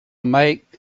make